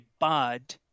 bad